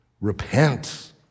Repent